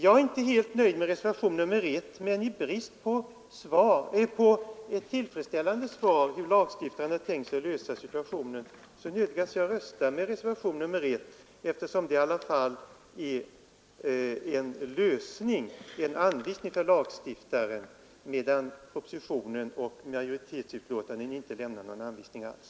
Jag är inte nöjd med reservationen 1, men i avsaknad av ett tillfredsställande svar på frågan hur lagstiftaren tänkt sig lösa denna situation, nödgas jag rösta med reservation 1, eftersom den i alla fall ger en anvisning för lagstiftaren, medan propositionen och utskottsmajoritetens förslag inte lämnar någon anvisning alls.